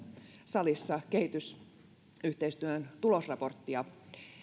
salissa keskustelua kehitysyhteistyön tulosraportista